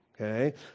okay